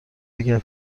اگر